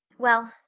well,